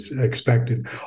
expected